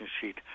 sheet